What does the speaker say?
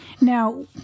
Now